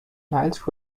niles